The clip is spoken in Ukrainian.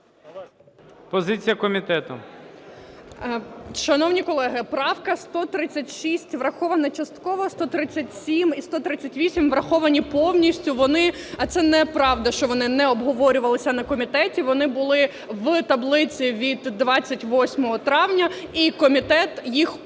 ПІДЛАСА Р.А. Шановні колеги, правка 136 врахована частково, 137 і 138 враховані повністю. Вони, це неправда, що вони не обговорювалися на комітеті, вони були в таблиці від 28 травня, і комітет їх